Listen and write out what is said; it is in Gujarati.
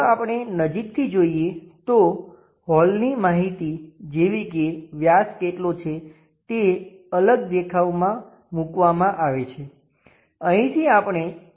જો આપણે નજીકથી જોઈએ તો હોલની માહિતી જેવી કે વ્યાસ કેટલો છે તે અલગ દેખાવમાં મૂકવામાં આવે છે અહીંથી આપણે તે જાણવાની સ્થિતિમાં હોઈશું